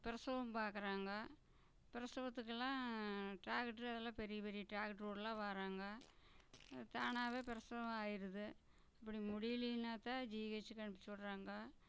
பிரசவம் பாக்குறாங்க பிரசவத்துக்கெல்லாம் டாக்ட்ரு எல்லாம் பெரிய பெரிய டாக்ட்டருவோல்லாம் வராங்க தானாகவே பிரசவம் ஆய்டுது அப்படி முடியலின்னாத்தான் ஜிஹெச்சுக்கு அனுப்ச்சு விட்றாங்க